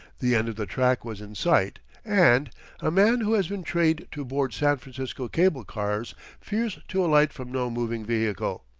the end of the track was in sight and a man who has been trained to board san francisco cable-cars fears to alight from no moving vehicle.